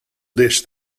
dish